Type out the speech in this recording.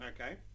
Okay